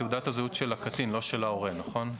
תעודת הזהות של הקטין לא של ההורה, נכון?